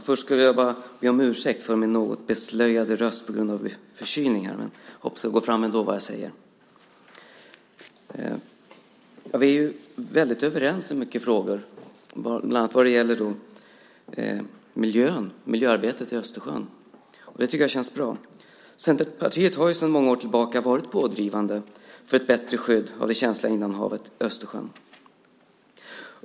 Fru talman! Vi är väldigt överens i många frågor, bland annat vad gäller miljöarbetet med Östersjön. Det tycker jag känns bra. Centerpartiet har sedan många år tillbaka varit pådrivande för ett bättre skydd av det känsliga innanhavet Östersjön.